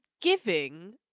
giving